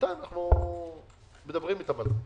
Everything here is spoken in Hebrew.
בינתיים אנחנו מדברים על זה.